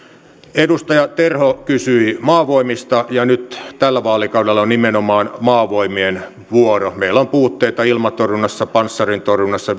edustaja terho kysyi maavoimista ja nyt tällä vaalikaudella on nimenomaan maavoimien vuoro meillä on puutteita ilmatorjunnassa panssarintorjunnassa